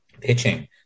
pitching